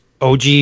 OG